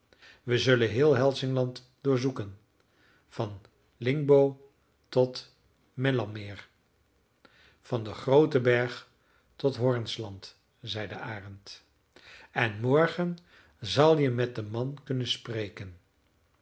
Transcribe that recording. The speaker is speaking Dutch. we zullen heel hälsingland doorzoeken van lingbo tot mellammeer van den grooten berg tot hornsland zei de arend en morgen zal je met den man kunnen spreken